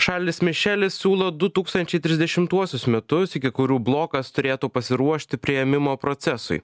šarlis mišelis siūlo du tūkstančiai trisdešimtuosius metus iki kurių blokas turėtų pasiruošti priėmimo procesui